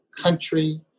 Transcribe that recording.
country